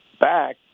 back